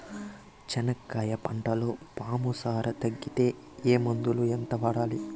చెనక్కాయ పంటలో పాము సార తగ్గేకి ఏ మందులు? ఎంత వాడాలి?